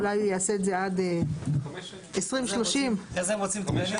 אולי הוא יעשה את זה עד 2030. אחרי זה הם רוצים תקנים.